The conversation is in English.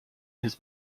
his